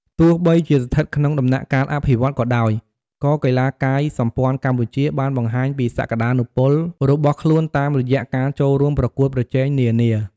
ទោះបីជាស្ថិតក្នុងដំណាក់កាលអភិវឌ្ឍន៍ក៏ដោយ ក៏កីឡាកាយសម្ព័ន្ធកម្ពុជាបានបង្ហាញពីសក្ដានុពលរបស់ខ្លួនតាមរយៈការចូលរួមប្រកួតប្រជែងនានា។